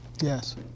Yes